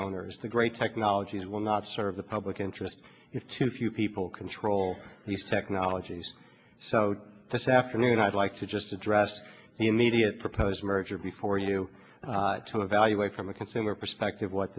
owners the great technologies will not serve the public interest if too few people control the second ologies so this afternoon i'd like to just address the immediate proposed merger be for you to evaluate from a consumer perspective what